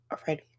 already